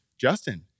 Justin